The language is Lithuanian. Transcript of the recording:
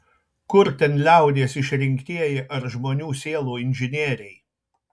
kur ten liaudies išrinktieji ar žmonių sielų inžinieriai